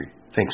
Thanks